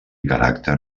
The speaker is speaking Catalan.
caràcter